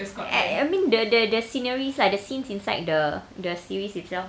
I mean the the the sceneries lah the scenes inside the the series itself